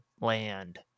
land